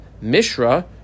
Mishra